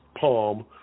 palm